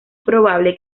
probable